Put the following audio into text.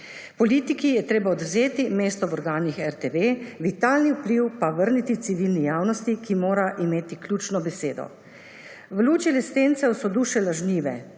Politiki je treba odvzeti mesto v organih RTV, vitalni vpliv pa vrniti civilni javnosti, ki mora imeti ključno besedo. »V luči lestencev so duše lažnive.«Tako